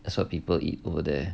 that's what people eat over there